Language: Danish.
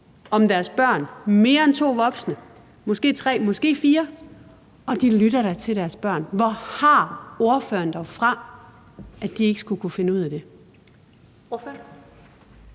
om deres børn – mere end to voksne, måske tre, måske fire – og de lytter da til deres børn. Hvor har ordføreren det dog fra, at de ikke skulle kunne finde ud af det?